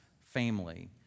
family